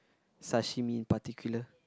sashimi in particular